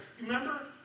remember